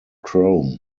chrome